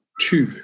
Two